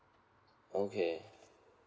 okay